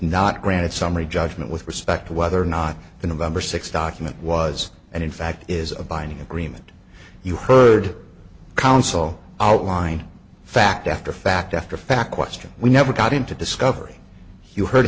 not granted summary judgment with respect to whether or not the november sixth document was and in fact is a binding agreement you heard counsel outlined fact after fact after fact question we never got into discovery you heard